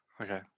Okay